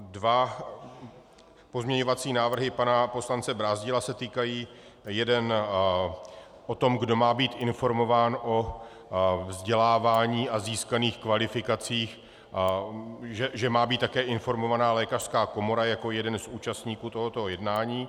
Dva pozměňovací návrhy pana poslance Brázdila se týkají jeden o tom, kdo má být informován o vzdělávání a získaných kvalifikacích, že má být také informována lékařská komora jako jeden z účastníků tohoto jednání;